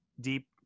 deep